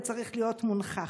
הוא צריך להיות מונכח.